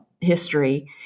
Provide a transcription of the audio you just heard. history